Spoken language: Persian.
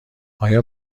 آیا